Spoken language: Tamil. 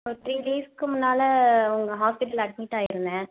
ஒரு த்ரீ டேஸ்க்கு முன்னால் உங்கள் ஹாஸ்ப்பிட்டலில் அட்மிட்டாயிருந்தேன்